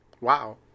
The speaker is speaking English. Wow